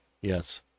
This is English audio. yes